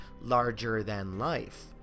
larger-than-life